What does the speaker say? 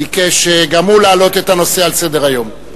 ביקש גם הוא להעלות את הנושא על סדר-היום.